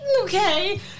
okay